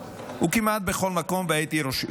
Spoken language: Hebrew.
וכמעט בכל מקום, והייתי ראש עיר,